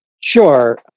Sure